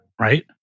Right